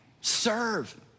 serve